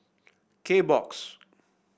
Kbox